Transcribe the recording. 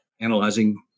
analyzing